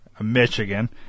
Michigan